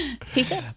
Peter